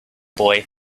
boy